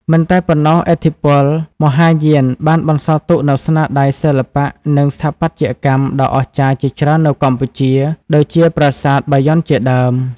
មិនតែប៉ុណ្ណោះឥទ្ធិពលមហាយានបានបន្សល់ទុកនូវស្នាដៃសិល្បៈ និងស្ថាបត្យកម្មដ៏អស្ចារ្យជាច្រើននៅកម្ពុជា ដូចជាប្រាសាទបាយ័នជាដើម។